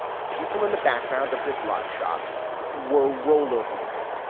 people in the background of this live shot were rollerblading.